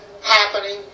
happening